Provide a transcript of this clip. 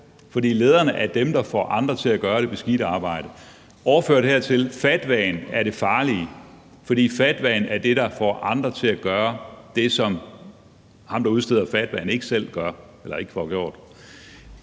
fordi lederne er dem, der får andre til at gøre det beskidte arbejde. Overfører man det til fatwaen, er det farligt, fordi fatwaen er det, der får andre til at gøre det, som ham, der udsteder fatwaen, ikke selv får gjort.